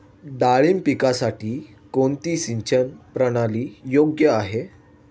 डाळिंब पिकासाठी कोणती सिंचन प्रणाली योग्य आहे?